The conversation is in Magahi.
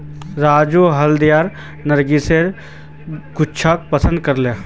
राजू हल्दिया नरगिसेर गुच्छाक पसंद करछेक